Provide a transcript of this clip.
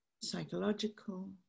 psychological